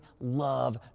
love